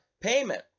payment